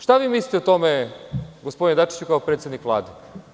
Šta vi mislite o tome, gospodine Dačiću, kao predsednik Vlade?